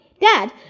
Dad